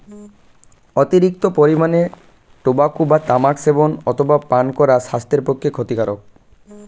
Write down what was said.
অতিরিক্ত পরিমাণে টোবাকো বা তামাক সেবন অথবা পান করা স্বাস্থ্যের পক্ষে ক্ষতিকারক